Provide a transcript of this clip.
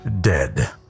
dead